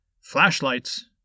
Flashlights